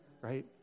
Right